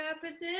purposes